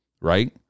right